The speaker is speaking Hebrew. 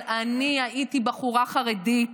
אבל אני הייתי בחורה חרדית